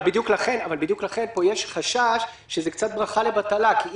לכן יש חשש שזו קצת ברכה לבטלה כי אם,